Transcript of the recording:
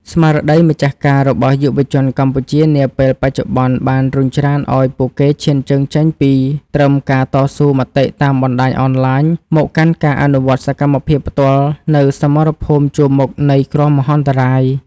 ស្មារតីម្ចាស់ការរបស់យុវជនកម្ពុជានាពេលបច្ចុប្បន្ន បានរុញច្រានឱ្យពួកគេឈានជើងចេញពីត្រឹមការតស៊ូមតិតាមបណ្ដាញអនឡាញ មកកាន់ការអនុវត្តសកម្មភាពផ្ទាល់នៅសមរភូមិជួរមុខនៃគ្រោះមហន្តរាយ។